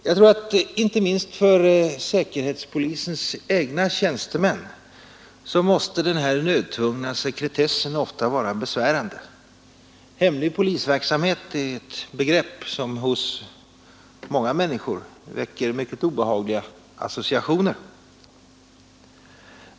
Jag tror att inte minst för säkerhetspolisens egna tjänstemän måste den här nödtvungna sekretessen ofta vara besvärande. Hemlig polisverksamhet är ett begrepp som hos många människor väcker mycket obehagliga associationer.